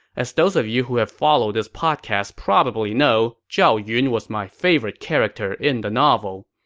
as those of you who have followed this podcast probably know, zhao yun was my favorite character in the novel.